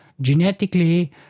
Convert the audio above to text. genetically